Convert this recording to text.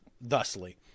thusly